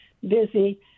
busy